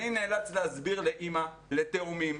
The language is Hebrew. אני נאלץ להסביר לאימא לתאומים